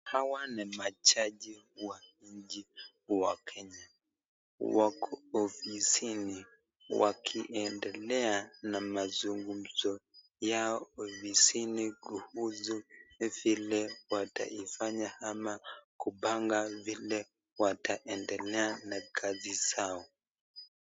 Hawa ni majaji wa nchi wa Kenya. Wako ofisini wakiendelea na mazungumzo yao ofisini kuhusu vile wataifanya ama kupanga vile wataendelea na kazi zao.